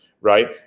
right